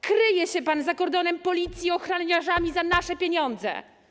Kryje się pan za kordonem policji, za ochroniarzami za nasze pieniądze.